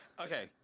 Okay